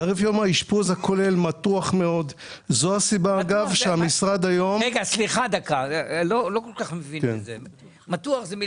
תעריף יום האשפוז הכולל מתוח מאוד --- לא כל כך מבינים מה זה מתוח.